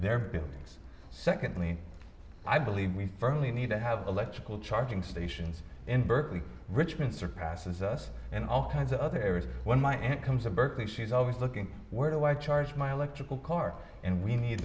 their buildings secondly i believe we firmly need to have electrical charging stations in berkeley richmond surpasses us and all kinds of other areas when my aunt comes to berkeley she's always looking where do i charge my electrical car and we need